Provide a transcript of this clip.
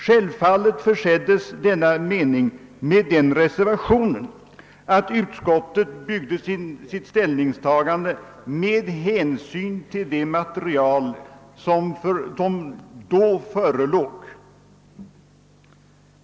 Självfallet förseddes denna mening med den reservationen att riksdagen byggde sitt ställningstagande på det material som då förelåg.